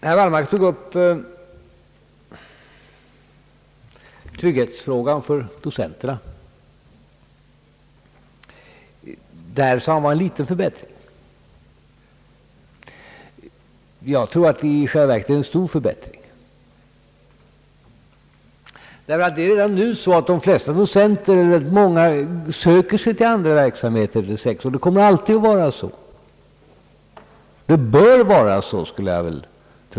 Herr Wallmark tog upp trygghetsfrågan för docenterna. Där har vi en liten förbättring, sade han. Jag anser att det är en stor förbättring i själva verket. Det är redan nu så att de flesta docenter söker sig till andra verksamheter. Det kommer alltid att vara så, och det bör vara så.